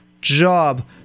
job